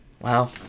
Wow